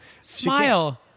smile